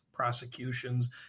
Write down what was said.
Prosecutions